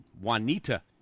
Juanita